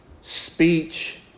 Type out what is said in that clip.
speech